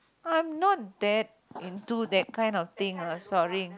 I'm not that into that kind of thing ah sorry